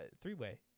three-way